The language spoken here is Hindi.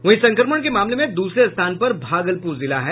वहीं संक्रमण के मामले में दूसरे स्थान पर भागलपुर जिला है